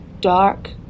dark